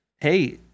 Hey